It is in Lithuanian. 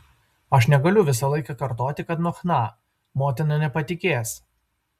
aš negaliu visą laiką kartoti kad nuo chna motina nepatikės